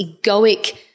egoic